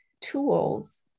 tools